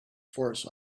force